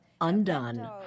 undone